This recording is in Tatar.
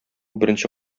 беренче